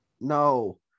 no